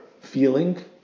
feeling